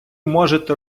можете